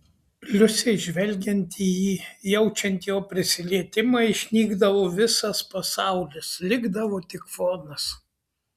liusei žvelgiant į jį jaučiant jo prisilietimą išnykdavo visas pasaulis likdavo tik fonas